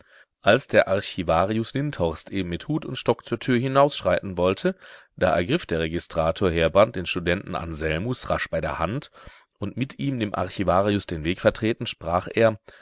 als der archivarius lindhorst eben mit hut und stock zur tür hinausschreiten wollte da ergriff der registrator heerbrand den studenten anselmus rasch bei der hand und mit ihm dem archivarius den weg vertretend sprach er